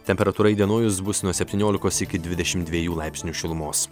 temperatūra įdienojus bus nuo septyniolikos iki dvidešim dviejų laipsnių šilumos